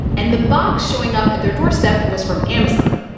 and the box showing up at their doorstep was from amazon.